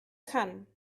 kann